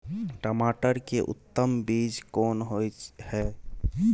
टमाटर के उत्तम बीज कोन होय है?